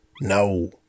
no